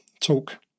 talk